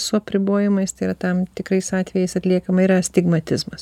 su apribojimais tai yra tam tikrais atvejais atliekama yra astigmatizmas